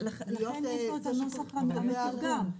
לכן יש לו הנוסח המתורגם.